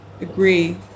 agree